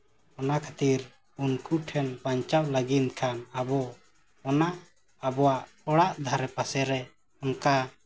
ᱚᱱᱟ ᱠᱷᱟᱹᱛᱤᱨ ᱩᱱᱠᱩ ᱴᱷᱮᱱ ᱵᱟᱧᱪᱟᱣ ᱞᱟᱹᱜᱤᱫ ᱠᱷᱟᱱ ᱟᱵᱚ ᱚᱱᱟ ᱟᱵᱚᱣᱟᱜ ᱚᱲᱟᱜ ᱫᱷᱟᱨᱮ ᱯᱟᱥᱮ ᱨᱮ ᱚᱱᱠᱟ